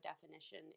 definition